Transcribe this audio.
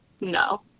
no